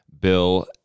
Bill